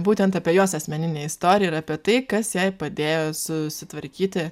būtent apie jos asmeninę istoriją ir apie tai kas jai padėjo susitvarkyti